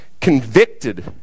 convicted